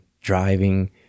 driving